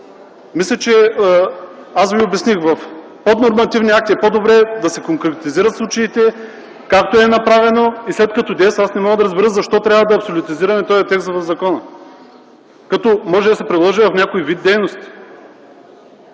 Мисля, че Ви обясних – в поднормативния акт е по-добре да се конкретизират случаите, както е направено, и след като действа, не мога да разбера защо трябва да абсолютизираме този текст в закона, като може да се приложи в някой вид дейности?